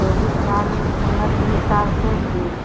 چوبیس سال عمر کے حساب سے جی